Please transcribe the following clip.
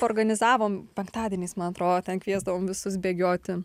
organizavom penktadieniais man atrodo ten kviesdavom visus bėgioti